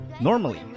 Normally